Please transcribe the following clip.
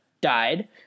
Died